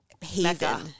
haven